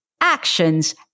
actions